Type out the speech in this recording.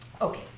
Okay